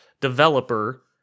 developer